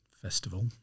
festival